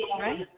right